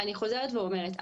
אני חוזרת ואומרת,